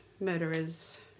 murderers